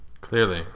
clearly